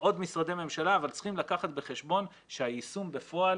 אבל צריכים לקחת בחשבון שהיישום בפועל